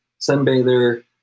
Sunbather